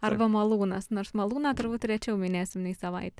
arba malūnas nors malūną turbūt rečiau minėsim nei savaitę